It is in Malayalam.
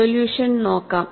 സൊല്യൂഷൻ നോക്കാം